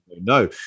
no